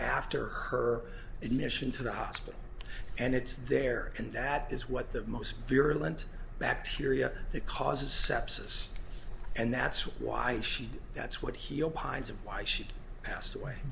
after her admission to the hospital and it's there and that is what the most virulent bacteria that causes sepsis and that's why she that's what he opines of why she passed away